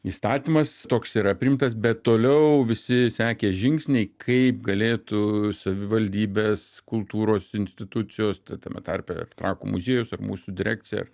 įstatymas toks yra priimtas bet toliau visi sekė žingsniai kaip galėtų savivaldybės kultūros institucijos tai tame tarpe ir trakų muziejus ir mūsų direkcija